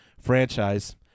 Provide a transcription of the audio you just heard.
franchise